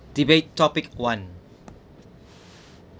debate topic one